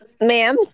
Ma'am